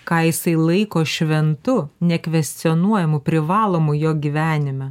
ką jisai laiko šventu nekvestionuojamu privalomu jo gyvenime